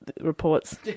reports